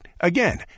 Again